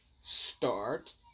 Start